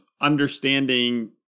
understanding